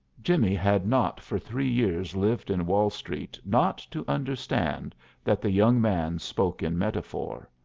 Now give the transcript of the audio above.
jimmie had not for three years lived in wall street not to understand that the young man spoke in metaphor.